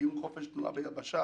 קיום חופש תנועה ביבשה,